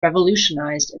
revolutionized